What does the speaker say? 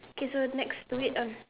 K so next to it um